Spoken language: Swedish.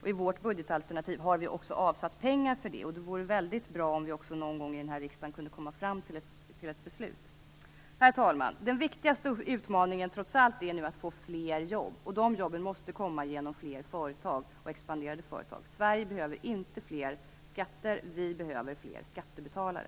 I vårt budgetalternativ har vi också avsatt pengar för detta. Det vore väldigt bra om vi någon gång i denna riksdag också kunde komma fram till ett beslut. Herr talman! Den viktigaste utmaningen är nu trots allt att få fler jobb, och dessa jobb måste komma genom fler företag och expanderande företag. Sverige behöver inte fler skatter utan fler skattebetalare.